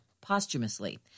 posthumously